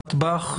למשפחת בך,